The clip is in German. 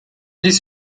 dies